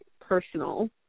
personal